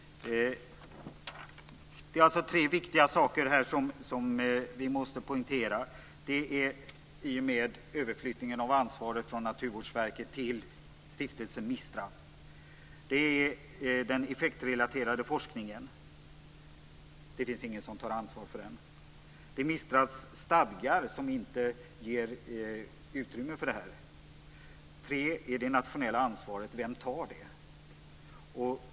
Det är alltså tre viktiga saker som vi måste poängtera här i och med överflyttningen av ansvaret från Naturvårdsverket till stiftelsen MISTRA. Det är den effektrelaterade forskningen. Det finns ingen som tar ansvar för den. Det är MISTRA:s stadgar, som inte ger utrymme för det här. Det är också det nationella ansvaret. Vem tar det?